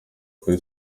kuri